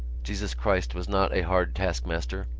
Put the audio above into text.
jesus christ was not a hard taskmaster.